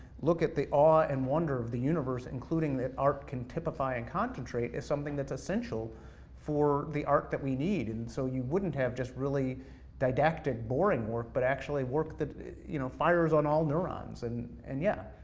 look at the awe and wonder of the universe, including that art can typify and concentrate as something that's essential for the art that we need. and so, you wouldn't have just didactic boring work, but actually work that you know fires on all neurons, and and yeah.